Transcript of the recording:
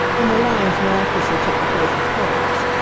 and where lines miraculously took the place of curves.